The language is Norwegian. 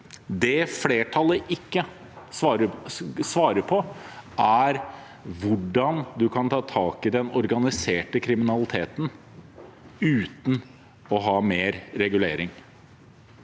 Det flertallet ikke svarer på, er hvordan man kan ta tak i den organiserte kriminaliteten uten å ha mer regulering.